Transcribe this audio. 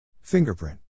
Fingerprint